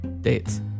dates